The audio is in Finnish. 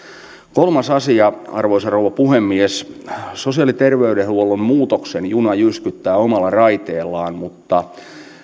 arvoisa rouva puhemies kolmas asia sosiaali ja terveydenhuollon muutoksen juna jyskyttää omalla raiteellaan mutta